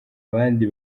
abandi